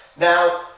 Now